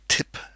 Tip